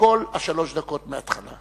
כמובן את כל שלוש הדקות מההתחלה.